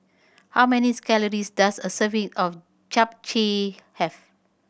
how many calories does a serving of Japchae have